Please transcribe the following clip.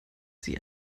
sie